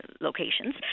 locations